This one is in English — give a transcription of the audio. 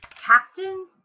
captain